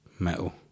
metal